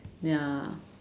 ya